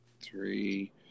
Three